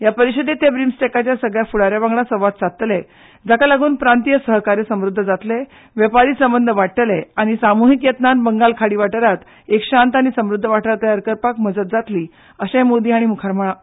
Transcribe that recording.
हे परिशदेंत ते ब्रिंमस्टॅकाच्या सगल्या फुडाऱ्यां वांगडा संवाद सादतले जाका लागून प्रांतीय सहकार्य समृद्ध जातले वेपारी संबंद वाडटले आनी सामुहीक यत्नात बंगाल खाडी वाठारांत एक शांत आनी समृद्ध वाठार तयार करपाक मजत जातली अशेंय मोदी हांणी मुखार म्हळां